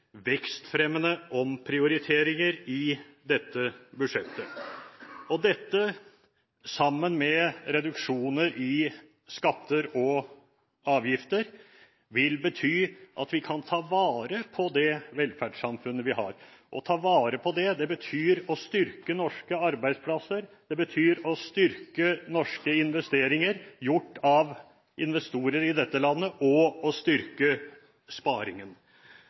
vekstfremmende omprioriteringer i dette budsjettet. Dette, sammen med reduksjoner i skatter og avgifter, vil bety at vi kan ta vare på det velferdssamfunnet vi har. Å ta vare på det betyr å styrke norske arbeidsplasser, det betyr å styrke norske investeringer gjort av investorer i dette landet, og å styrke sparingen.